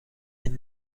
این